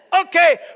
okay